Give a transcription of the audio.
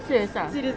serious ah